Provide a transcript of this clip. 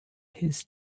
his